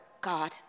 God